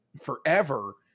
forever